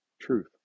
truth